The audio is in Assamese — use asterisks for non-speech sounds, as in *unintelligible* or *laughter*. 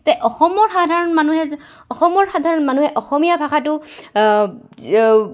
*unintelligible* অসমৰ সাধাৰণ মানুহে যে অসমৰ সাধাৰণ মানুহে অসমীয়া ভাষাটো *unintelligible*